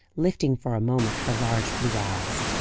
lifting for a moment her large blue eyes.